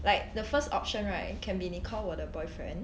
like the first option right can be 你 call 我的 boyfriend